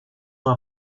ans